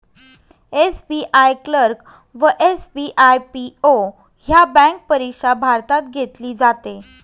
SBI clerk व SBI PO ह्या bank परीक्षा भारतात घेतली जाते